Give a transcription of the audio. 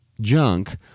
junk